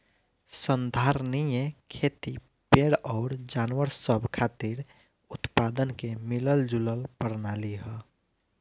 संधारनीय खेती पेड़ अउर जानवर सब खातिर उत्पादन के मिलल जुलल प्रणाली ह